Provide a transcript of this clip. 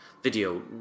video